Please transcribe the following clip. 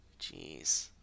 Jeez